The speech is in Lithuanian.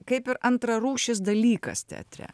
kaip ir antrarūšis dalykas teatre